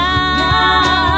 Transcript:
Now